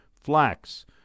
flax